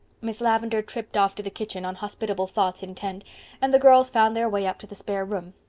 miss lavendar tripped off to the kitchen on hospitable thoughts intent and the girls found their way up to the spare room,